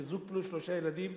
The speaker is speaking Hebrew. וזוג פלוס שלושה ילדים,